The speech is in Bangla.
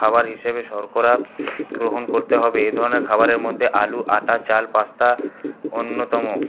খাবার হিসেবে শর্করা গ্রহণ করতে হবে এ ধরণের খাবারের মধ্যে আলু আটা চাল পাস্তা অন্যতম